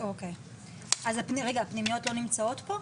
אז רגע, הפנימיות לא נמצאות פה?